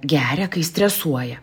geria kai stresuoja